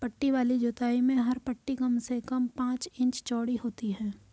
पट्टी वाली जुताई में हर पट्टी कम से कम पांच इंच चौड़ी होती है